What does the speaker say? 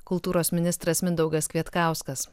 kultūros ministras mindaugas kvietkauskas